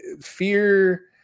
fear